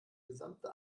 gesamte